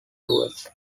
tours